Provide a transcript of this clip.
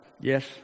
yes